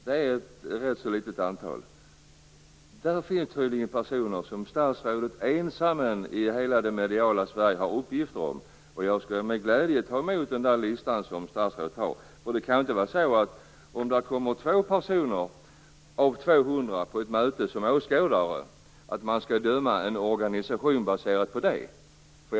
Det är ett rätt litet antal. Där finns tydligen personer som statsrådet ensam i hela det mediala Sverige har uppgifter om. Jag skall med glädje ta emot den lista som statsrådet har. Det kan inte vara så att man skall döma en organisation baserat på att det kommer 2 personer av 200 som åskådare på ett möte.